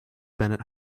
bennett